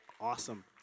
Awesome